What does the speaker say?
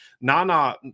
Nana